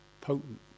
Potent